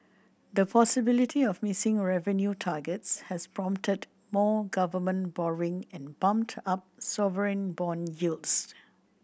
the possibility of missing revenue targets has prompted more government borrowing and bumped up sovereign bond yields